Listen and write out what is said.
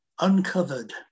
uncovered